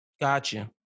Gotcha